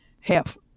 half